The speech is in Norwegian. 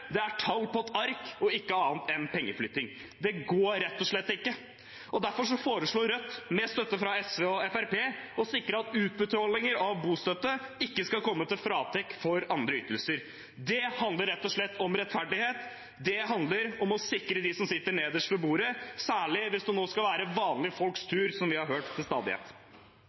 Det er tall på et ark og ikke annet enn pengeflytting. Det går rett og slett ikke. Derfor foreslår Rødt, med støtte fra SV og Fremskrittspartiet, å sikre at utbetalinger av bostøtte ikke skal komme til fratrekk i andre ytelser. Det handler rett og slett om rettferdighet. Det handler om å sikre dem som sitter nederst ved bordet, særlig hvis det nå skal være vanlige folks tur – som vi har hørt til stadighet.